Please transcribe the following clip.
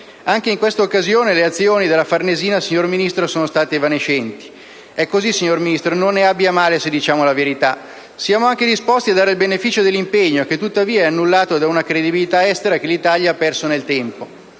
Anche in questa occasione le azioni della Farnesina, signora Ministro, sono state evanescenti. È così, signora Ministro, e non se ne abbia a male se diciamo la verità. Siamo anche disponibili a riconoscerle il beneficio dell'impegno, che tuttavia è annullato da una credibilità estera che l'Italia ha perso nel tempo.